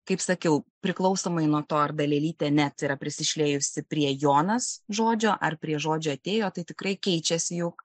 kaip sakiau priklausomai nuo to ar dalelytė net yra prisišliejusi prie jonas žodžio ar prie žodžio atėjo tai tikrai keičiasi jau